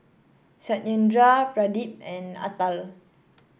Satyendra Pradip and Atal